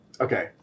okay